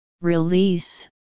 release